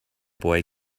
boy